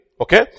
Okay